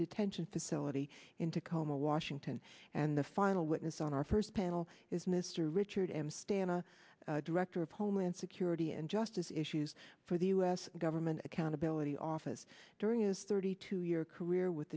detention facility in tacoma washington and the final witness on our first panel is mr richard m stana director of homeland security and justice issues for the u s government accountability office during his thirty two year career with